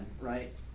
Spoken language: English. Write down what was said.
right